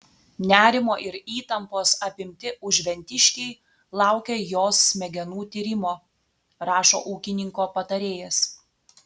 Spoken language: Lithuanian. nerimo ir įtampos apimti užventiškiai laukia jos smegenų tyrimo rašo ūkininko patarėjas